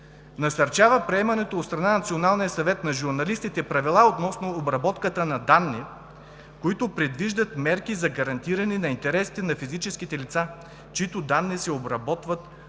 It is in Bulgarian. „насърчава приемането от страна на Националния съвет на журналистите правила относно обработката на данни, които предвиждат мерки за гарантиране на интересите на физическите лица, чиито данни се обработват особено